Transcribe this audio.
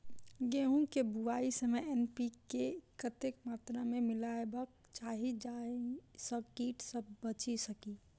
गेंहूँ केँ बुआई समय एन.पी.के कतेक मात्रा मे मिलायबाक चाहि जाहि सँ कीट सँ बचि सकी?